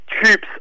troops